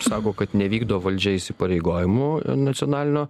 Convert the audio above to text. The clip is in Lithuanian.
sako kad nevykdo valdžia įsipareigojimų nacionalinio